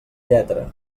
lletra